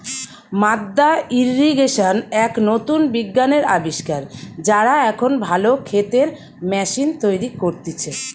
মাদ্দা ইর্রিগেশন এক নতুন বিজ্ঞানের আবিষ্কার, যারা এখন ভালো ক্ষেতের ম্যাশিন তৈরী করতিছে